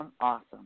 awesome